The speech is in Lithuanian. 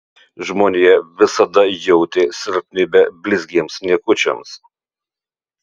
žmonija visada jautė silpnybę blizgiems niekučiams